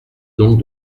donc